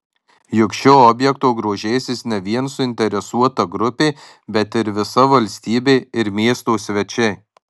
juk šiuo objektu grožėsis ne vien suinteresuota grupė bet ir visa valstybė ir miesto svečiai